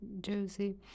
Josie